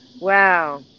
Wow